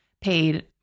paid